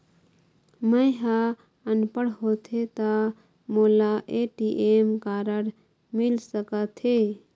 मैं ह अनपढ़ होथे ता मोला ए.टी.एम कारड मिल सका थे?